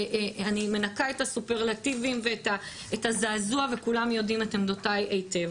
אני מנקה את הסופרלטיבים ואת הזעזוע וכולם יודעים את עמדותיי הייטב,